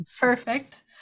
Perfect